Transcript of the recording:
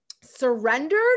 surrendered